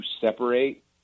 separate